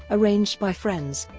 arranged by friends,